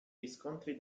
riscontri